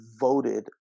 voted